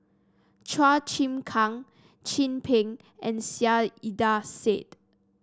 Chua Chim Kang Chin Peng and Saiedah Said